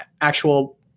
actual